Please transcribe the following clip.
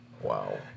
Wow